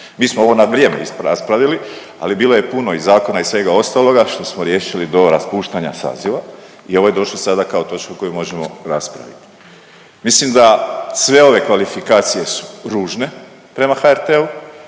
Mi smo ovo na vrijeme raspravili, ali bilo je puno i zakona i svega ostaloga što smo riješili do raspuštanja saziva i ovo je došlo sada kao točka koju možemo raspraviti. Mislim da sve ove kvalifikacije su ružne prema HRT-u.